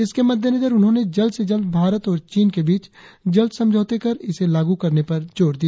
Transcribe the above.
इसके मद्देनज़र उन्होंने जल्द से जल्द भारत और चीन के बीच जल समझौते कर इसे लागू करने पर जोर दिया